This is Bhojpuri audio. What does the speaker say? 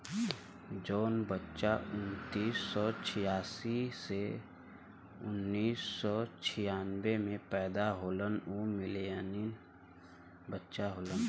जौन बच्चन उन्नीस सौ छियासी से उन्नीस सौ छियानबे मे पैदा होलन उ मिलेनियन बच्चा होलन